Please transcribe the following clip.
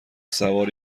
سوار